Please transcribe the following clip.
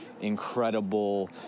incredible